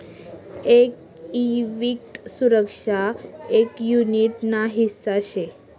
एक इक्विटी सुरक्षा एक युनीट ना हिस्सा शे